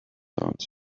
answered